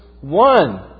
one